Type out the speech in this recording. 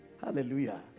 Hallelujah